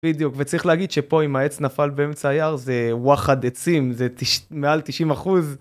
בדיוק, וצריך להגיד שפה אם העץ נפל באמצע היער זה וחאד עצים זה מעל 90%.